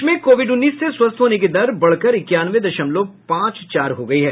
देश में कोविड उन्नीस से स्वस्थ होने की दर बढ़कर इक्यानवे दशमलव पांच चार हो गई है